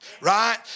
right